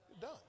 done